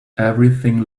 everything